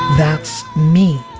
that's me.